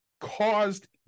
caused